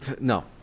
no